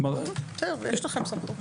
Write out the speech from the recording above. בסדר, יש לכם סמכות.